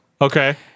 Okay